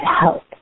help